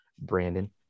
Brandon